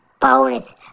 bonus